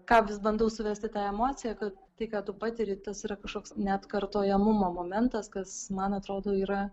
ką vis bandau suvest į tą emociją kad tai ką tu patiri tas yra kažkoks neatkartojamumo momentas kas man atrodo yra